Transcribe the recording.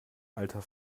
alter